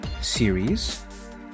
series